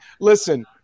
Listen